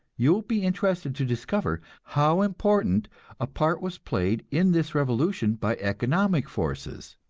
you will be interested to discover how important a part was played in this revolution by economic forces.